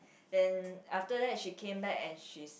then after that she came back and she s~